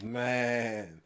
man